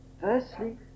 firstly